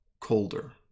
colder